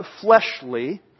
fleshly